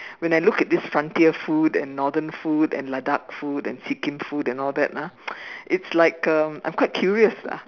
when I look at this frontier food and northern food and Ladakh food and Sikkim food and all that ah its like um I'm quite curious ah